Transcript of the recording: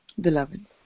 beloved